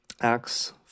Acts